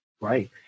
Right